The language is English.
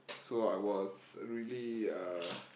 so I was really uh